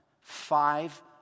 Five